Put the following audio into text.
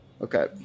Okay